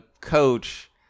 Coach